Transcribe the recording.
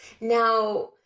Now